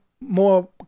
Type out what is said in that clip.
more